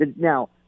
Now